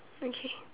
okay